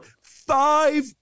five